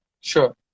Sure